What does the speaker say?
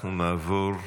אנחנו נעבור לדוברים.